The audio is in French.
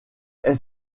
est